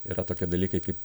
yra tokie dalykai kaip